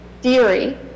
theory